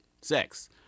sex